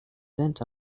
sent